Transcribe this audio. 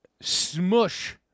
Smush